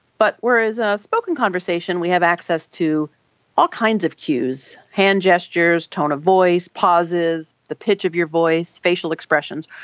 but whereas a spoken conversation, we have access to all kinds of cues, hand gestures, tone of voice, pauses, the pitch of your voice, facial expressions,